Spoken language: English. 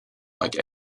like